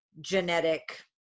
genetic